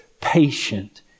patient